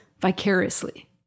vicariously